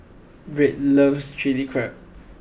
Birt loves Chilli Crab